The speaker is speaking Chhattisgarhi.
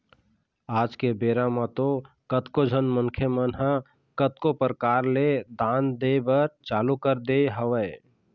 आज के बेरा म तो कतको झन मनखे मन ह कतको परकार ले दान दे बर चालू कर दे हवय